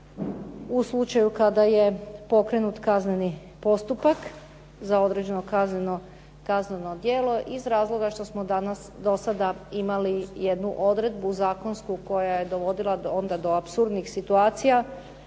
u slučaju kada je pokrenut kazneni postupak za određeno kazneno djelo iz razloga što smo danas do sada imali jednu odredbu zakonsku koja je dovodila onda do apsurdnih situacija